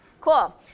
Cool